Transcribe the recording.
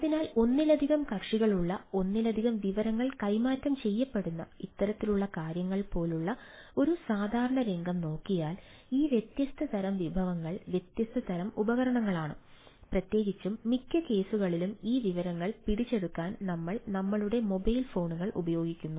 അതിനാൽ ഒന്നിലധികം കക്ഷികളുള്ള ഒന്നിലധികം വിവരങ്ങൾ കൈമാറ്റം ചെയ്യപ്പെടുന്ന ഇത്തരത്തിലുള്ള കാര്യങ്ങൾ പോലുള്ള ഒരു സാധാരണ രംഗം നോക്കിയാൽ ഈ വ്യത്യസ്ത തരം വിഭവങ്ങൾ വ്യത്യസ്ത തരം ഉപകരണങ്ങളാണ് പ്രത്യേകിച്ചും മിക്ക കേസുകളിലും ഈ വിവരങ്ങൾ പിടിച്ചെടുക്കാൻ നമ്മൾ നമ്മളുടെ മൊബൈൽ ഫോണുകൾ ഉപയോഗിക്കുന്നു